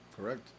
Correct